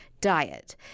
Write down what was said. diet